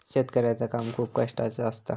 शेतकऱ्याचा काम खूप कष्टाचा असता